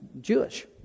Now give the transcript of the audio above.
Jewish